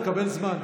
תוכיחו את עצמכם.